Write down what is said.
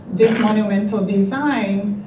this monumental design